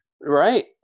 Right